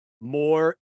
more